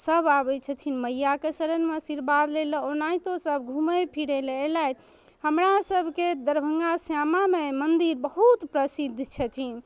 सभ आबै छथिन मइआके शरणमे आशीर्वाद लैलए ओनाहितो सभ घुमै फिरैलए अएलथि हमरा सभके दरभङ्गा श्यामा माइ मन्दिर बहुत प्रसिद्ध छथिन